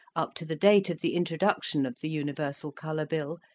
up to the date of the intro duction of the universal colour bill,